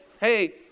hey